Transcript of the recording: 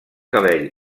cabell